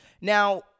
Now